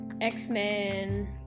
X-Men